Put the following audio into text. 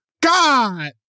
God